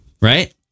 Right